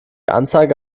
anzeige